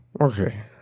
Okay